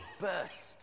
burst